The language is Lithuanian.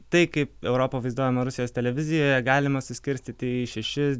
tai kaip europa vaizduojama rusijos televizijoje galima suskirstyti į šeši